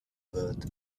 wird